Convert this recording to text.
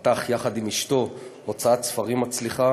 פתח יחד עם אשתו הוצאת ספרים מצליחה